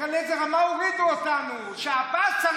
תראה לאיזו רמה הורידו אותנו שעבאס צריך לרחם עלינו.